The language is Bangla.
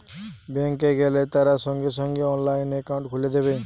ব্যাঙ্ক এ গেলে তারা সঙ্গে সঙ্গে অনলাইনে একাউন্ট খুলে দেবে